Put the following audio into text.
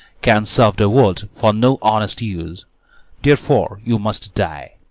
can serve the world for no honest use therefore you must die.